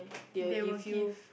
they will give